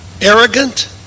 arrogant